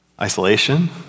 isolation